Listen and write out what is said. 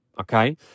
okay